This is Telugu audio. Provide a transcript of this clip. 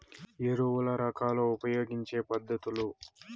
ఎరువుల రకాలు ఉపయోగించే పద్ధతులు?